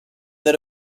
that